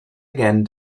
again